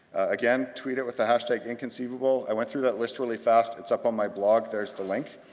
again, tweet it with the hashtag inconceivable. i went through that list really fast. it's up on my blog. there's the link.